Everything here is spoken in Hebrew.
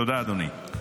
תודה, אדוני.